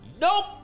nope